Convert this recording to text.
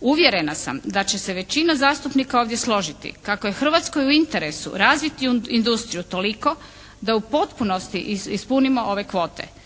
Uvjerena sam da će se većina zastupnika ovdje složiti kako je Hrvatskoj u interesu razviti industriju toliko da u potpunosti ispunimo ove kvote.